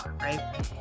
right